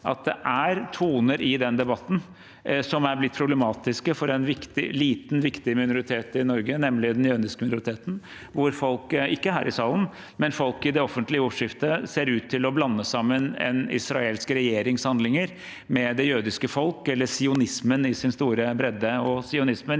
at det er toner i denne debatten som er blitt problematiske for en liten, viktig minoritet i Norge, nemlig den jødiske minoriteten. Det er folk, ikke her i salen, men folk i det offentlige ordskiftet som ser ut til å blande sammen en israelsk regjerings handlinger med det jødiske folk eller sionismen i sin store bredde. Og sionismen